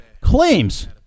claims